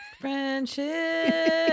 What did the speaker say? Friendship